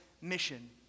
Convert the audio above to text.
mission